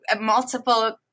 multiple